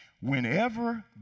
Whenever